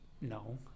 No